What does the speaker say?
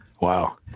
Wow